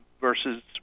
versus